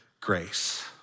grace